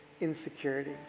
insecurity